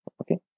okay